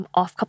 OFF